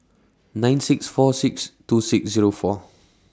nine six four six two six Zero four